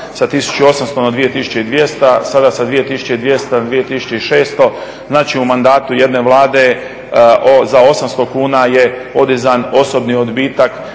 sa 1800 na 2200, sada sa 2200 na 2600. Znači, u mandatu jedne Vlade za 800 kuna je podizan osobni odbitak